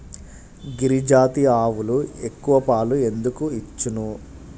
గిరిజాతి ఆవులు ఎక్కువ పాలు ఎందుకు ఇచ్చును?